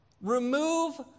Remove